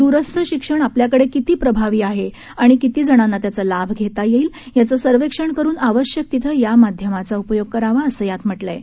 द्रस्थ शिक्षण आपल्याकडे किती प्रभावी आहे आणि किती जणांना त्याचा लाभ घेता येईल याचं सर्वेक्षण करून आवश्यक तिथे या माध्यमाचा उपयोग करावा असं यात म्हटलं आहे